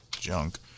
junk